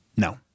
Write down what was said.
No